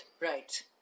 right